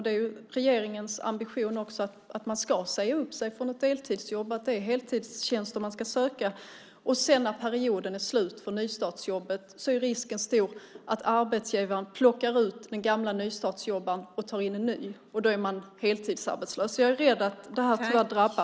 Det är ju regeringens ambition att man ska säga upp sig från sitt deltidsjobb. Det är heltidstjänster som ska sökas. När perioden för nystartsjobbet är slut är risken stor att arbetsgivaren plockar in en ny i stället för den gamla nystartsjobbaren. Därmed är man heltidsarbetslös. Jag är alltså rädd för hur det här kan drabba.